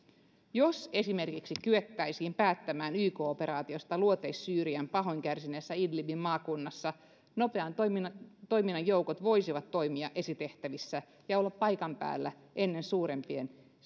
jos esimerkiksi kyettäisiin päättämään yk operaatiosta luoteis syyrian pahoin kärsineessä idlibin maakunnassa nopean toiminnan toiminnan joukot voisivat toimia esitehtävissä ja olla paikan päällä ennen suurempien